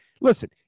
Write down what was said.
listen